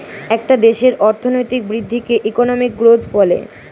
একটা দেশের অর্থনৈতিক বৃদ্ধিকে ইকোনমিক গ্রোথ বলে